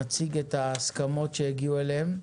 נציג את ההסכמות שהגיעו אליהן,